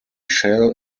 shall